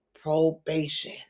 probation